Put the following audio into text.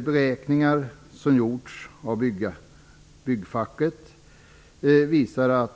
Beräkningar som gjorts av byggfacket visar,